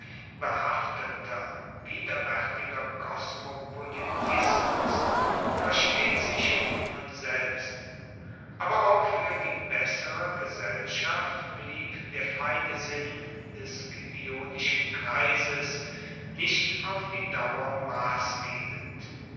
behafteter widerwärtiger kosmopolitismus versteht sich von selbst aber auch für die bessere gesellschaft blieb der feine sinn des scipionischen kreises nicht auf die dauer maßgebend